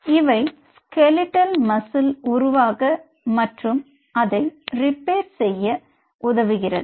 இவை skeletal muscle muscle0 உருவாக மற்றும் அதை ரிப்பேர் செய்ய உதவுகிறது